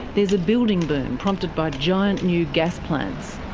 there's a building boom, prompted by giant new gas plants.